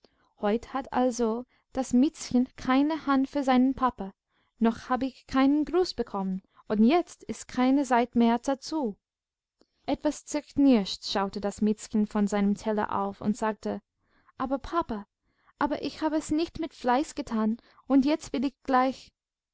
heut hat also das miezchen keine hand für seinen papa noch hab ich keinen gruß bekommen und jetzt ist keine zeit mehr dazu etwas zerknirscht schaute das miezchen von seinem teller auf und sagte aber papa aber ich habe es nicht mit fleiß getan und jetzt will ich gleich